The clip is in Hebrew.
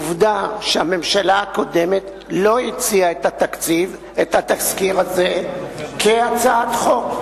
עובדה שהממשלה הקודמת לא הציעה את התזכיר הזה כהצעת חוק,